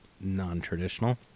non-traditional